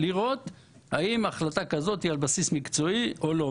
לראות האם החלטה כזאת היא על בסיס מקצועי או לא,